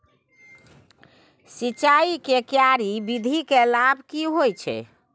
सिंचाई के क्यारी विधी के लाभ की होय छै?